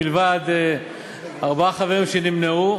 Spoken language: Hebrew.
מלבד ארבעה חברים שנמנעו,